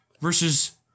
versus